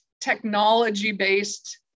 technology-based